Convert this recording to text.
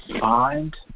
find